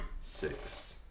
six